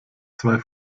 zwei